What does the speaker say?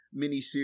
miniseries